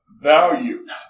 values